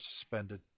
suspended